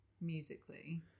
musically